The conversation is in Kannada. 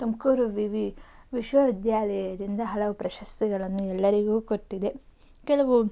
ತುಮಕೂರು ವಿ ವಿ ವಿಶ್ವವಿದ್ಯಾಲಯದಿಂದ ಹಲವು ಪ್ರಶಸ್ತಿಗಳನ್ನು ಎಲ್ಲರಿಗೂ ಕೊಟ್ಟಿದೆ ಕೆಲವು